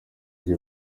gihe